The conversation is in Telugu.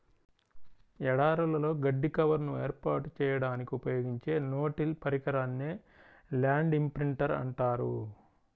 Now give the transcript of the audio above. ఎడారులలో గడ్డి కవర్ను ఏర్పాటు చేయడానికి ఉపయోగించే నో టిల్ పరికరాన్నే ల్యాండ్ ఇంప్రింటర్ అంటారు